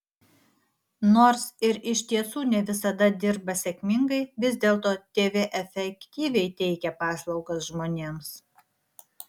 nors ir iš tiesų ne visada dirba sėkmingai vis dėlto tv efektyviai teikia paslaugas žmonėms